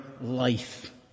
life